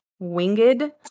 winged